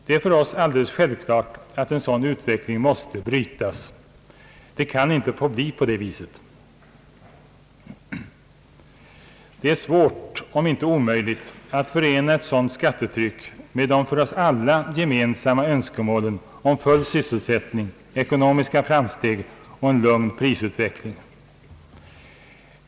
Det är för oss alldeles självklart att en sådan utveckling måste brytas. Det kan inte få bli på det viset. Det är svårt, om inte omöjligt, att förena ett sådant skattetryck med de för oss alla gemensamma önskemålen om full sysselsättning, ekonomiska framsteg och en lugn prisutveckling.